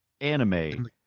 anime